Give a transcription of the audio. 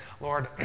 Lord